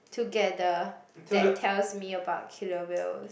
together that tells me about killer whales